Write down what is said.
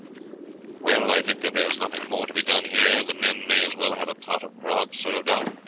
well, i think that there is nothing more to be done here. the men may as well have a tot of grog served out,